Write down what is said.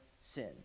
sin